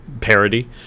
parody